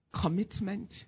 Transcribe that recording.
Commitment